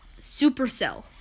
Supercell